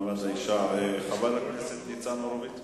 חבר הכנסת ניצן הורוביץ?